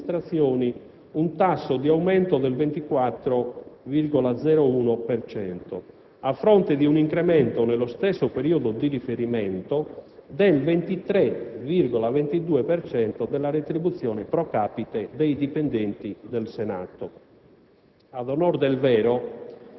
presenta, nel caso delle pubbliche amministrazioni, un tasso di aumento del 24,01 per cento, a fronte di un incremento, nello stesso periodo di riferimento, del 23,22 per cento della retribuzione *pro capite* dei dipendenti del Senato.